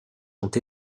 sont